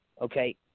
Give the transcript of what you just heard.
okay